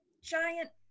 giant